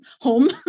home